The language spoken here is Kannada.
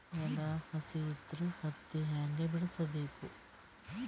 ನೆಲ ಹಸಿ ಇದ್ರ ಹತ್ತಿ ಹ್ಯಾಂಗ ಬಿಡಿಸಬೇಕು?